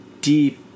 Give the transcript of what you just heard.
deep